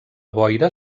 boira